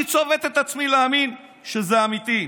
אני צובט את עצמי להאמין שזה אמיתי.